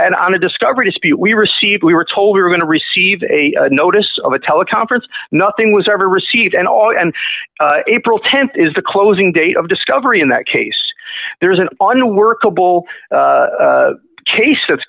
and on the discovery dispute we received we were told we were going to receive a notice of a teleconference nothing was ever received and all and april th is the closing date of discovery in that case there is an unworkable case